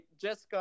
Jessica